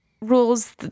rules